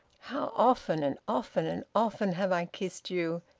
how often and often and often have i kissed you,